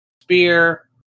Spear